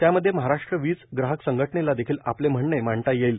त्यामध्ये महाराष्ट्र वीज ग्राहक संघटनेला देखील आपले म्हणणे मांडता येईल